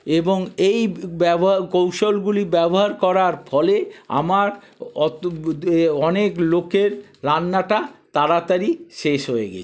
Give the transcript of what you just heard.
এবং এই কৌশলগুলি ব্যবহার করার ফলে আমার অনেক লোকের রান্নাটা তাড়াতাড়ি শেষ হয়ে গে